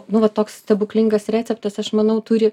nu va toks stebuklingas receptas aš manau turi